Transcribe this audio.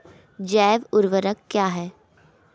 जैव ऊर्वक क्या है?